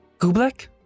Gublek